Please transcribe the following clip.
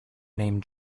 name